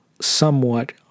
somewhat